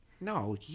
No